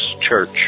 church